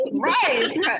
right